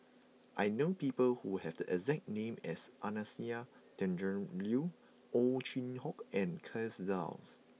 I know people who have the exact name as Anastasia Tjendri Liew Ow Chin Hock and Kay Das